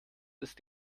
ist